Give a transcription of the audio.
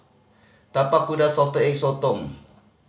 Tapak Kuda Salted Egg Sotong